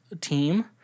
team